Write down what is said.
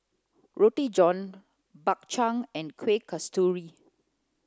Roti John Bak Chang and Kuih Kasturi